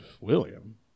William